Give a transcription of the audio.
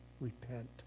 repent